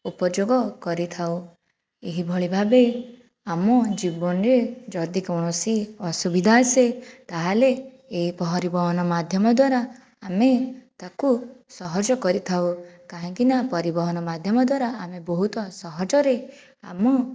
ଉପଯୋଗ କରିଥାଉ ଏହିଭଳି ଭାବେ ଆମ ଜୀବନରେ ଯଦି କୌଣସି ଅସୁବିଧା ଆସେ ତାହେଲେ ଏହି ପରିବହନ ମାଧ୍ୟମ ଦ୍ୱାରା ଆମେ ତାକୁ ସହଜ କରିଥାଉ କାହିଁକିନା ପରିବହନ ମାଧ୍ୟମ ଦ୍ୱାରା ଆମେ ବହୁତ ସହଜରେ ଆମ